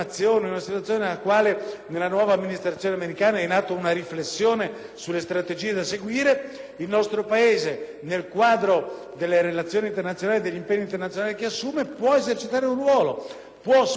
il nostro Paese, nel quadro delle relazioni internazionali e degli impegni internazionali che assume, può esercitare un ruolo, può spingere e premere per una politica, e lo può fare in modo più efficace costruendo, se